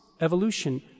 evolution